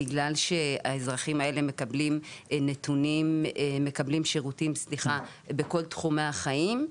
בגלל האזרחים האלה מקבלים שירותים בכל תחומי החיים,